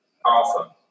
Awesome